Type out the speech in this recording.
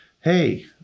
Hey